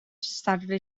saturday